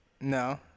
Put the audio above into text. No